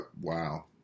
wow